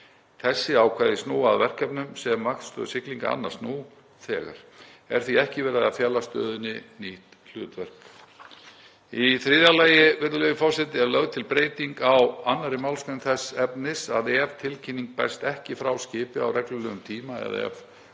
Þessi ákvæði snúa að verkefnum sem vaktstöð siglinga annast nú þegar. Er því ekki verið að fela stöðinni ný hlutverk. Í þriðja lagi, virðulegi forseti, er lögð til breyting á 2. mgr. þess efnis að ef tilkynning berst ekki frá skipi á reglulegum tíma eða ef